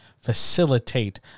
Facilitate